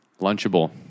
Lunchable